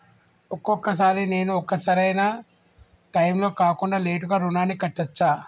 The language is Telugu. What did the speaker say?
ఒక్కొక సారి నేను ఒక సరైనా టైంలో కాకుండా లేటుగా రుణాన్ని కట్టచ్చా?